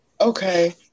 okay